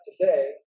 today